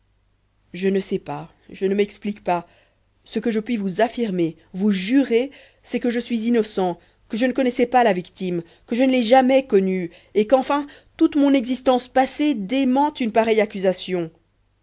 je ne sais pas je ne m'explique pas ce que je puis vous affirmer vous jurer c'est que je suis innocent que je ne connaissais pas la victime que je ne l'ai jamais connue et qu'enfin toute mon existence passée dément une pareille accusation